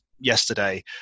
yesterday